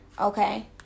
Okay